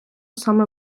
саме